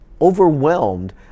overwhelmed